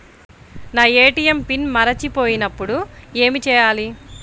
నా ATM pin మరచిపోయినప్పుడు ఏమి చేయాలి?